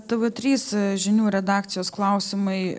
tv trys žinių redakcijos klausimai